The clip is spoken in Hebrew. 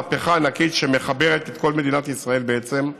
מהפכה ענקית שמחברת את כל מדינת ישראל להיות